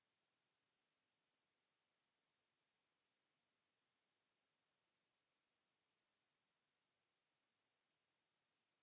Kiitos.